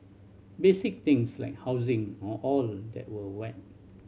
basic things like housing and all that were met